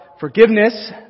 Forgiveness